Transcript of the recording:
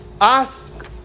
Ask